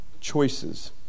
choices